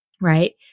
right